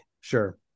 sure